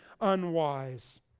unwise